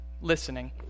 listening